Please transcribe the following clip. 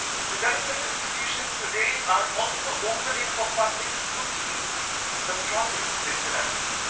development institutions today are also opening for public scrutiny the projects they finance.